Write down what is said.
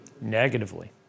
Negatively